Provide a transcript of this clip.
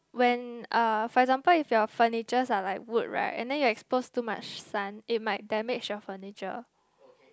when uh for example if your furniture are like wood right and you then expose too much sun it might damage your furniture